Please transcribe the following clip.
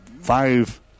five